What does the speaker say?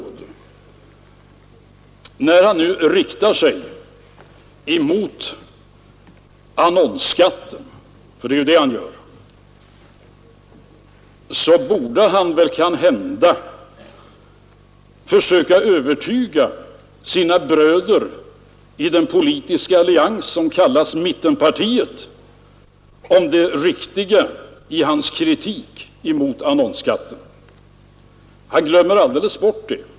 När herr Ahlmark nu riktar sig mot annonsskatten — för det är ju det han gör — borde han kanhända försöka övertyga sina bröder i den politiska allians som kallas mittenpartierna om det riktiga i hans kritik mot annonsskatten. Han glömmer alldeles bort det.